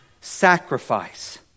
sacrifice